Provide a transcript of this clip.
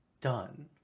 done